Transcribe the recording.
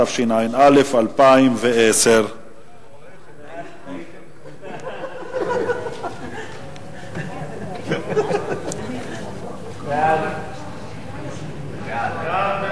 התש"ע 2010. הצעת